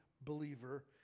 believer